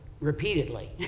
repeatedly